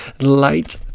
light